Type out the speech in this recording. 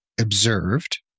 observed